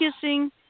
kissing